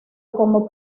como